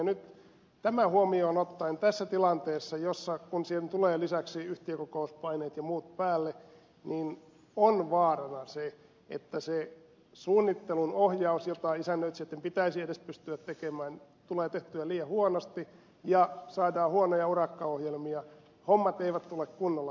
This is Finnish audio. nyt tämä huomioon ottaen tässä tilanteessa kun siihen tulevat lisäksi yhtiökokous paineet ja muut päälle on vaarana se että se suunnittelun ohjaus jota isännöitsijöitten pitäisi edes pystyä tekemään tulee tehtyä liian huonosti ja saadaan huonoja urakkaohjelmia hommat eivät tule kunnolla tehdyiksi